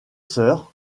sœurs